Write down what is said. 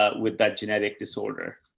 ah with that genetic disorder.